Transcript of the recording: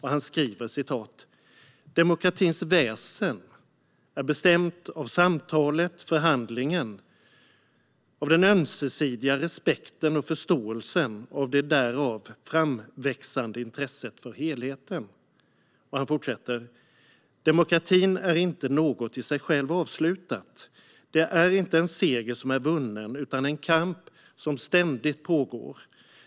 Han skriver att demokratins väsen är bestämt av samtalet - förhandlingen - av den ömsesidiga respekten och förståelsen och av det därav framväxande intresset för helheten. Koch fortsätter med att skriva att demokratin inte är något i sig självt avslutat. Det är inte en seger som är vunnen utan en kamp som ständigt pågår.